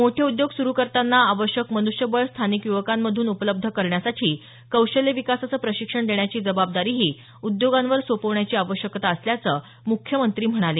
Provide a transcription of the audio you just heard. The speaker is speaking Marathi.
मोठे उद्योग सुरू करताना आवश्यक मनुष्यबळ स्थानिक युवकांमधून उपलब्ध करण्यासाठी कौशल्य विकासाचं प्रशिक्षण देण्याची जबाबदारीही उद्योगांवर सोपवण्याची आवश्यकता असल्याचं मुख्यमंत्री म्हणाले